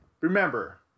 Remember